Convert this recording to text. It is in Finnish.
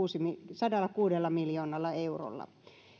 sadallakuudella miljoonalla eurolla